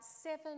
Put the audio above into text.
seven